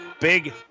big